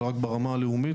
אבל רק ברמה הלאומית,